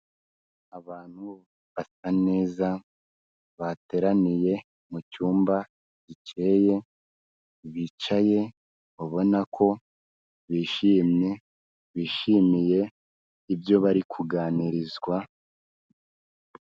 Abantu basa neza bateraniye mu cyumba gikeye bicaye ubona ko bishimye bishimiye ibyo bari kuganirizwa.